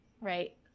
right